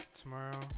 tomorrow